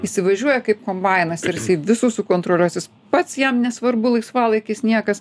įsivažiuoja kaip kombainas ir jisai visus sukontroliuos jis pats jam nesvarbu laisvalaikis niekas